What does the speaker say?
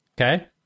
okay